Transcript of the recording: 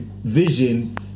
vision